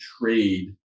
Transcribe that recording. trade